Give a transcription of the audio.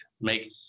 make